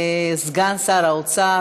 סגן שר האוצר,